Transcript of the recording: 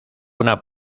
una